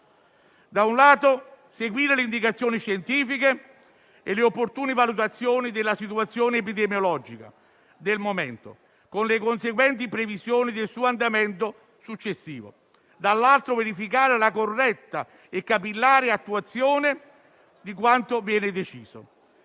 da un lato, seguire le indicazioni scientifiche e le opportune valutazioni della situazione epidemiologica del momento, con le conseguenti previsioni del suo andamento successivo; dall'altro lato, verificare la corretta e capillare attuazione di quanto viene deciso.